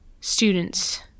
students